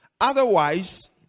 Otherwise